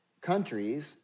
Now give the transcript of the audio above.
countries